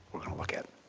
we'll look at.